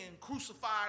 crucified